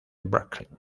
brooklyn